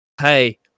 hey